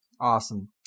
Awesome